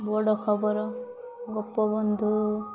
ବଡ଼ ଖବର ଗୋପବନ୍ଧୁ